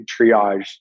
triage